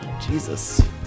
Jesus